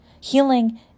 Healing